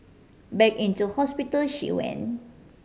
back into hospital she went